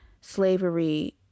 slavery